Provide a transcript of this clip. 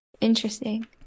Interesting